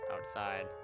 outside